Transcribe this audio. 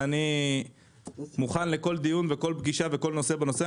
ואני מוכן לכל דיון וכל פגישה וכל נושא בנושא הזה,